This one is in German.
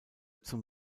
zum